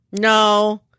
No